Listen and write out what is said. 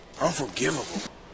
Unforgivable